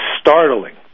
startling